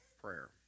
prayer